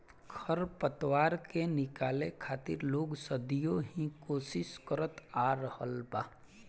खर पतवार के निकाले खातिर लोग सदियों ही कोशिस करत आ रहल बा